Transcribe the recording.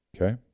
Okay